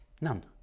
None